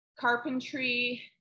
carpentry